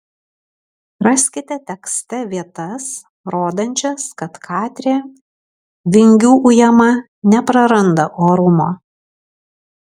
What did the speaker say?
raskite tekste vietas rodančias kad katrė vingių ujama nepraranda orumo